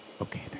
Okay